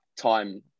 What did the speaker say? time